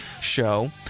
show